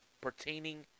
pertaining